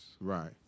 Right